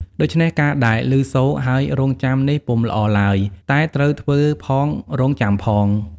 ដូច្នេះការដែលឮសូរហើយរង់ចាំនេះពុំល្អឡើយ តែត្រូវធ្វើផងរងចាំផង។